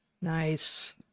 Nice